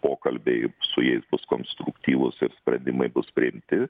pokalbiai su jais bus konstruktyvūs ir sprendimai bus priimti